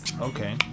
Okay